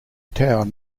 town